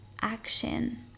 action